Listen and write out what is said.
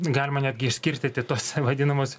galima netgi išskirstyti tuos vadinamus